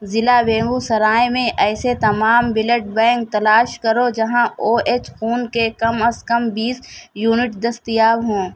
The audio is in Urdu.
ضلع بیگوسرائے میں ایسے تمام بلڈ بینک تلاش کرو جہاں او ایچ خون کے کم از کم بیس یونٹ دستیاب ہوں